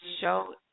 show